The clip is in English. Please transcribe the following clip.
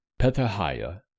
Pethahiah